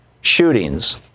shootings